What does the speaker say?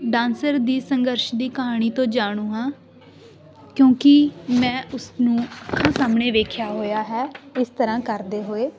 dancer ਦੀ ਸੰਘਰਸ਼ ਦੀ ਕਹਾਣੀ ਤੋਂ ਜਾਣੂ ਹਾਂ ਕਿਉਂਕਿ ਮੈਂ ਉਸਨੂੰ ਅੱਖਾਂ ਸਾਹਮਣੇ ਵੇਖਿਆ ਹੋਇਆ ਹੈ ਇਸ ਤਰ੍ਹਾਂ ਕਰਦੇ ਹੋਏ